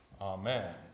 Amen